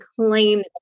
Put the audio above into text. claim